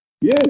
Yes